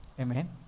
Amen